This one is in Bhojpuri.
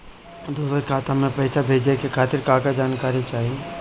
दूसर खाता में पईसा भेजे के खातिर का का जानकारी चाहि?